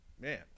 man